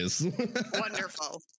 Wonderful